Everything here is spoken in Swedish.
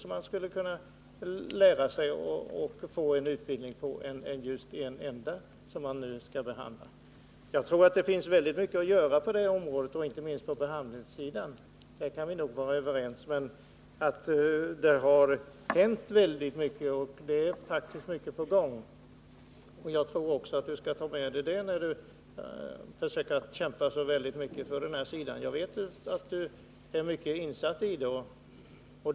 Men jag 21 november 1979 tror att man kan använda sig av många andra böcker än just den. Det finns enligt min mening mycket att göra på detta område, inte minst på behandlingssidan. På den punkten tror jag att vi kan vara överens. Men det har som sagt hänt mycket, och mycket är också på gång. Jag tycker att Jörn Svensson skall ha det i beaktande när han kämpar för framsteg på detta område. Jag vet att han är mycket insatt i dessa frågor.